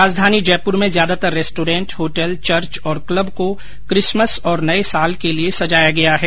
राजधानी जयपुर में ज्यादातर रेस्टोरेंट होटल चर्च और क्लब को किसमस और नये साल के लिये सजाया गया है